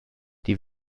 die